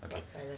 become silent